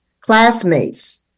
classmates